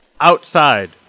outside